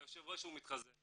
היושב ראש הוא מתחזה,